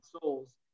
souls